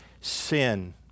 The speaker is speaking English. sin